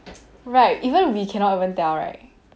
right even we cannot even tell right